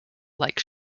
like